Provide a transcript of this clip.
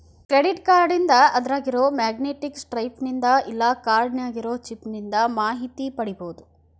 credit ಕಾರ್ಡ್ನಿಂದ ಅದ್ರಾಗಿರೊ magnetic stripe ನಿಂದ ಇಲ್ಲಾ ಕಾರ್ಡ್ ನ್ಯಾಗಿರೊ ಚಿಪ್ ನಿಂದ ಮಾಹಿತಿ ಪಡಿಬೋದು